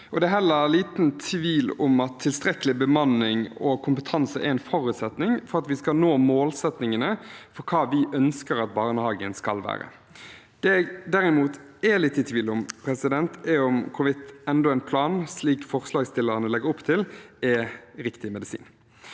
Det er også liten tvil om at tilstrekkelig bemanning og kompetanse er en forutsetning for at vi skal nå målsettingene for hva vi ønsker at barnehagen skal være. Det jeg derimot er litt i tvil om, er om hvorvidt enda en plan, slik forslagsstillerne legger opp til, er riktig medisin.